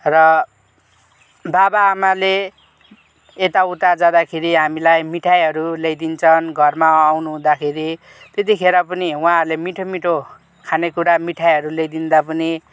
र बाबा आमाले यता उता जादाँखेरि हामीलाई मिठाईहरू ल्याइदिन्छन् घरमा आउनुहुँदाखेरि त्यतिखेर पनि उहाँहरूले मिठो मिठो खानेकुरा मिठाईहरू ल्याइदिँदा पनि